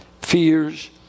fears